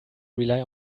rely